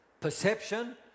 perception